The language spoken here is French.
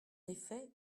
effet